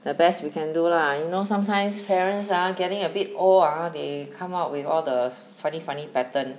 the best we can do lah you know sometimes parents ah getting a bit old ah they come up with all the funny funny pattern